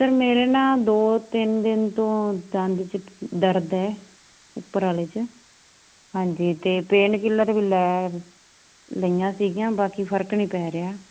sir ਮੇਰੇ ਨਾ ਦੋ ਤਿੰਨ ਦਿਨ ਤੋਂ ਦੰਦ 'ਚ ਦਰਦ ਹੈ ਉੱਪਰ ਵਾਲੇ 'ਚ ਹਾਂਜੀ ਅਤੇ ਪੇਨ ਕਿਲਰ ਵੀ ਲੈ ਲਈਆਂ ਸੀਗੀਆਂ ਬਾਕੀ ਫ਼ਰਕ ਨਹੀਂ ਪੈ ਰਿਹਾ